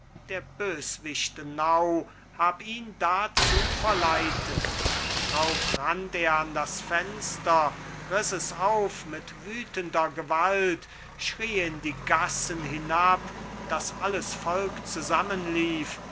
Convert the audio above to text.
der boswicht nau hab ihn dazu verleitet drauf rannt er an das fenster riß es auf mit wütender gewalt schrie in die gassen hinab daß alles volk zusammenlief